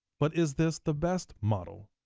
but is this the best model?